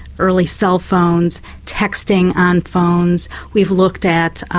early cell phones, texting on phones, we've looked at